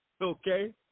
Okay